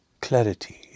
clarity